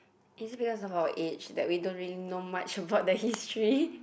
is it because of our age that we don't really know much about the history